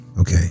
okay